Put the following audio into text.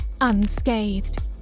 unscathed